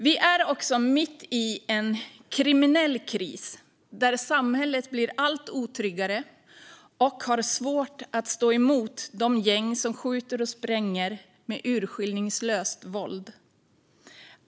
Vi är också mitt i en kriminell kris där samhället blir allt otryggare och har svårt att stå emot de gäng som skjuter och spränger med urskillningslöst våld.